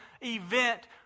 event